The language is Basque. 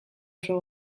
oso